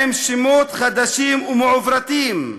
עם שמות חדשים ומעוברתים: